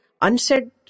unsaid